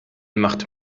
macht